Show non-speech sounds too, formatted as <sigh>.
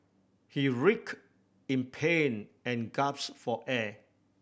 he rick in pain and <unintelligible> for air